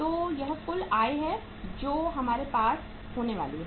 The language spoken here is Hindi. तो यह कुल आय है जो हमारे पास होने वाली है